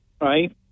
right